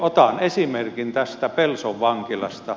otan esimerkin pelson vankilasta